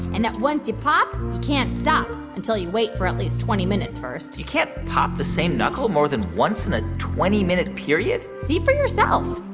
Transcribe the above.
and that once you pop, you can't stop until you wait for at least twenty minutes first you can't pop the same knuckle more than once in a twenty minute period? see for yourself